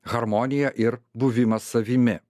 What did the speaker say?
harmonija ir buvimas savimi